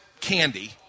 candy